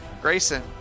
Grayson